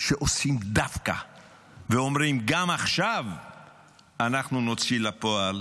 שעושים דווקא ואומרים: גם עכשיו אנחנו נוציא לפועל